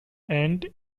and